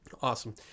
Awesome